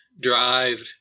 drive